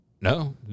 No